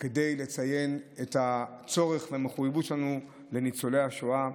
כדי לציין את הצורך והמחויבות שלנו לניצולי השואה.